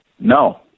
No